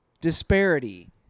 disparity